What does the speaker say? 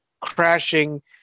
crashing